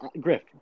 griff